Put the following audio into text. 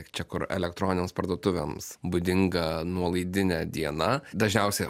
čia kur elektroninėms parduotuvėms būdinga nuolaidinė diena dažniausiai